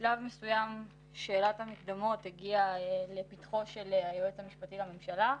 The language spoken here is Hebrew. בשלב מסוים שאלת המקדמות הגיעה לפתחו של היועץ המשפטי לממשלה,